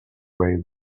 way